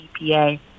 EPA